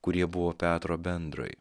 kurie buvo petro bendrai